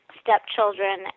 stepchildren